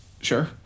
Sure